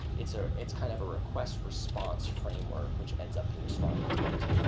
it's ah it's kind of a request response framework, which ends up being strongly typed.